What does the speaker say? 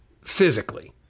Physically